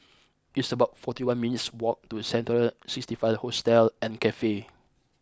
it's about forty one minutes' walk to Central sixty five Hostel and Cafe